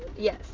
Yes